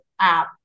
app